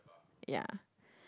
yeah